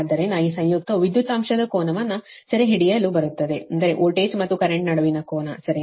ಆದ್ದರಿಂದ ಈ ಸಂಯುಕ್ತವು ವಿದ್ಯುತ್ ಅಂಶದ ಕೋನವನ್ನು ಸೆರೆಹಿಡಿಯಲು ಬರುತ್ತದೆ ಅಂದರೆ ವೋಲ್ಟೇಜ್ ಮತ್ತು ಕರೆಂಟ್ನಡುವಿನ ಕೋನ ಸರಿನಾ